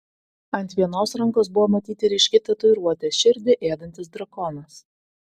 ant vienos rankos buvo matyti ryški tatuiruotė širdį ėdantis drakonas